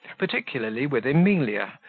particularly with emilia,